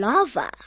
Lava